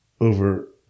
over